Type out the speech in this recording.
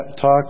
talk